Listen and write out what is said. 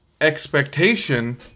expectation